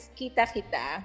kita-kita